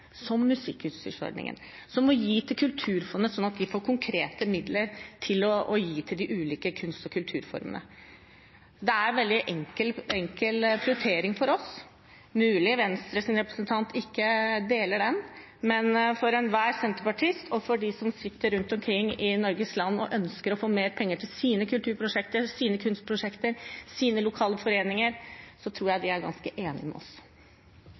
som musikkutstyrsordningen og som å gi til Kulturfondet, slik at de får konkrete midler å gi til de ulike kunst- og kulturformene. Det er en veldig enkel prioritering for oss. Det er mulig Venstres representant ikke deler den, men enhver senterpartist og de som sitter rundt omkring i Norges land og ønsker å få mer penger til sine kulturprosjekter, kunstprosjekter og lokalforeninger, tror jeg er ganske enige med oss.